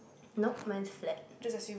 nope mine's flat